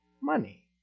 money